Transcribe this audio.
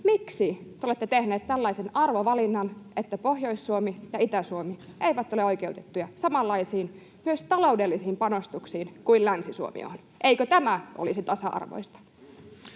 miksi te olette tehneet tällaisen arvovalinnan, että Pohjois-Suomi ja Itä-Suomi eivät ole myös oikeutettuja samanlaisiin, myös taloudellisiin, panostuksiin kuin Länsi-Suomi? Eikö tämä olisi tasa-arvoista?